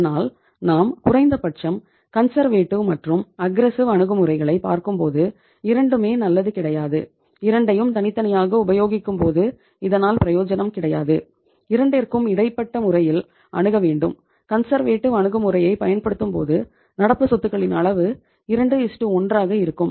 அதனால் நாம் குறைந்தபட்சம் கன்சர்வேட்டிவ் அணுகுமுறையை பயன்படுத்தும்போது நடப்பு சொத்துகளின் அளவு 21 ஆக இருக்கும்